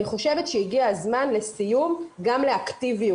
אני חושבת שהגיע הזמן, לסיום, גם לאקטיביות.